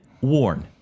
warn